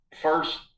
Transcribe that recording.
first